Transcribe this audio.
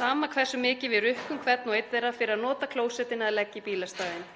sama hversu mikið við rukkum hvern og einn þeirra fyrir að nota klósettin eða leggja í bílastæðin.